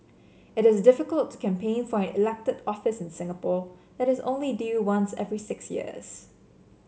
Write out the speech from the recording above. it is difficult to campaign for an elected office in Singapore that is only due once every six years